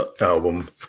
album